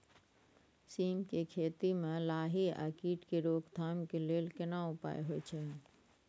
सीम के खेती म लाही आ कीट के रोक थाम के लेल केना उपाय होय छै?